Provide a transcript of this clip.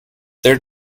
their